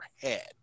head